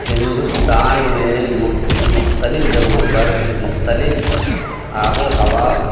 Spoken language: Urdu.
ہندوستان میں مختلف جگہوں پر مختلف آب و ہوا